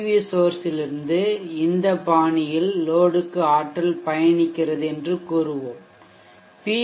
we சோர்சிலிருந்து இந்த பாணியில் லோடுக்கு ஆற்றல் பயணிக்கிறது என்று கூறுவோம் பி